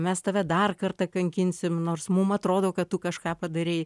mes tave dar kartą kankinsim nors mum atrodo kad tu kažką padarei